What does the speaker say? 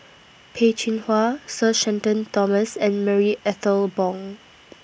Peh Chin Hua Sir Shenton Thomas and Marie Ethel Bong